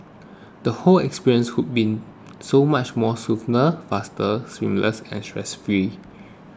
the whole experience would be so much more smoother faster seamless and stress free